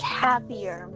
happier